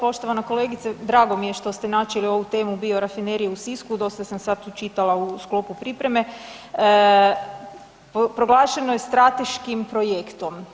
Poštovana kolegice, drago mi je što ste načeli ovu temu Biorafinerije u Sisku, dosta sam sad tu čitala u sklopu pripreme proglašeno je strateškim projektom.